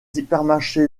hypermarchés